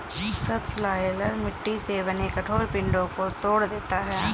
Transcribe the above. subsoiler मिट्टी से बने कठोर पिंडो को तोड़ देता है